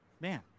Man